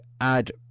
add